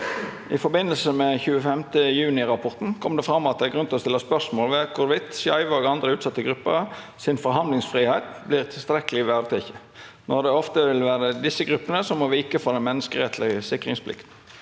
«I forbindelse med 25. juni-rapporten kom det fram at det er grunn til å stille spørsmål ved hvorvidt skeive og andre utsatte grupper sin forsamlingsfrihet blir tilstrek- kelig ivaretatt, når det ofte vil være disse gruppene som må vike for den menneskerettslige sikringsplikten.